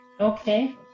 Okay